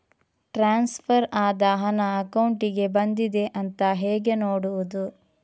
Transfer ಆದ ಹಣ ಅಕೌಂಟಿಗೆ ಬಂದಿದೆ ಅಂತ ಹೇಗೆ ನೋಡುವುದು?